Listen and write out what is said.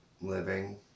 living